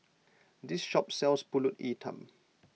this shop sells Pulut Hitam